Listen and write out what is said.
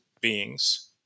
beings